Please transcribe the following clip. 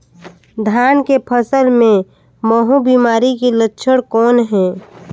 धान के फसल मे महू बिमारी के लक्षण कौन हे?